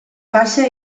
caixa